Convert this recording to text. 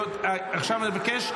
--- בסדר, די, עכשיו אני מבקש שקט.